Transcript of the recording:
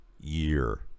year